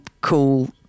cool